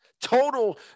Total